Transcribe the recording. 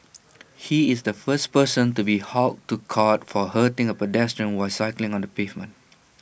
he is the first person to be hauled to court for hurting A pedestrian while cycling on the pavement